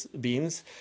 beams